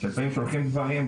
שלפעמים שולחים דברים,